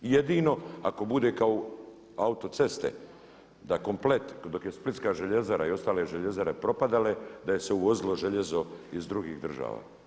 Jedino ako bude kao autoceste da komplet dok je Splitska željezara i ostale željezare propadale da se uvozilo željezo iz drugih država.